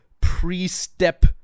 pre-step